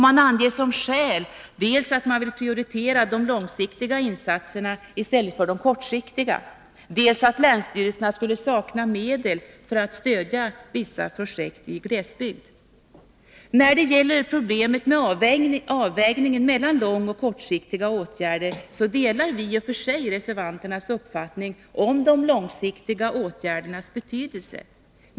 Man anger som skäl dels att man vill prioritera de långsiktiga insatserna i stället för de kortsiktiga, dels att länsstyrelserna skulle sakna medel för att stödja vissa projekt i glesbygd. När det gäller problemet med avvägningen mellan långoch kortsiktiga åtgärder delar vi i och för sig reservanternas uppfattning om de långsiktiga åtgärdernas betydelse.